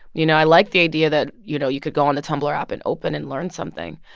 you know, i liked the idea that, you know, you could go on the tumblr app and open and learn something.